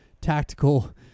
tactical